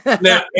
Now